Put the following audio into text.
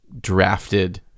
drafted